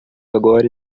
agora